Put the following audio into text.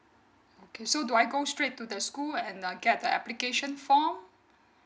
okay so do I go straight to the school and uh get the application form